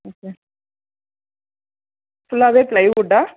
ம் ம் ஃபுல்லா ப்ளைவுட்டா